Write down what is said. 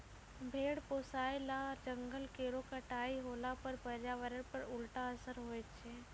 भेड़ पोसय ल जंगल केरो कटाई होला पर पर्यावरण पर उल्टा असर होय छै